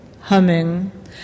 humming